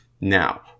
now